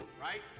right